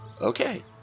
Okay